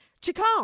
Chacon